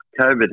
COVID